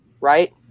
right